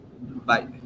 Bye